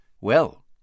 Well